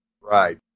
Right